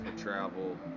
travel